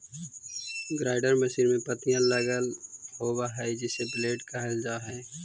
grinder machine में पत्तियाँ लगल होव हई जिसे ब्लेड कहल जा हई